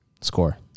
Score